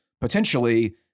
potentially